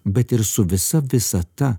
bet ir su visa visata